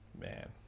Man